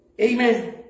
Amen